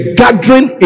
gathering